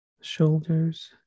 shoulders